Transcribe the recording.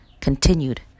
continued